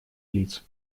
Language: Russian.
лиц